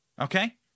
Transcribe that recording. Okay